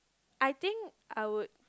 I think I would